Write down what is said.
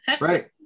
right